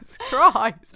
Christ